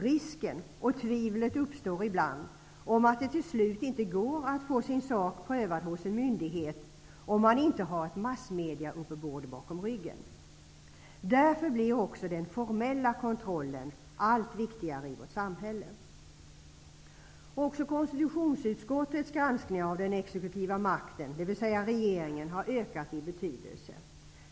Det finns en risk för att det till slut inte går att få sin sak prövad hos en myndighet om man inte har ett massmedieuppbåd bakom ryggen, ibland uppstår tvivel. Därför blir också den formella kontrollen allt viktigare i vårt samhälle. Även konstitutionsutskottets granskning av den exekutiva makten, dvs. regeringen, har ökat i betydelse.